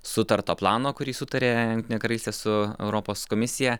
sutarto plano kurį sutarė jungtinė karalystė su europos komisija